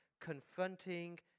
confronting